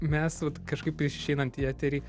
mes vat kažkaip išeinant į eterį